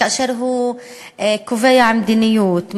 וכאשר הוא קובע מדיניות,